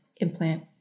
implant